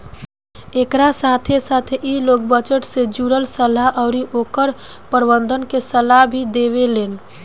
एकरा साथे साथे इ लोग बजट से जुड़ल सलाह अउरी ओकर प्रबंधन के सलाह भी देवेलेन